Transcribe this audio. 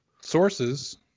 sources